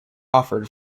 offered